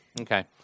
Okay